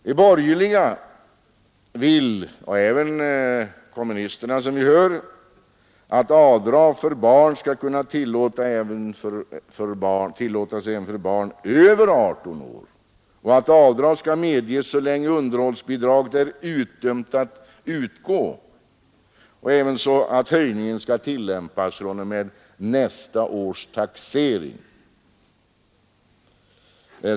De borgerliga — och även kommunisterna, som vi hör — vill att avdrag för underhåll till barn skall kunna tillåtas även för barn över 18 år och att avdrag skall medges så länge underhållsbidraget är utdömt att utgå. Man föreslår att höjningen skall tillämpas fr.o.m. nästa års taxering.